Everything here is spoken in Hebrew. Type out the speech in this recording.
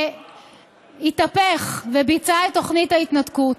התהפך וביצע את תוכנית ההתנתקות.